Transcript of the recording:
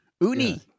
Uni